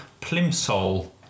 Plimsoll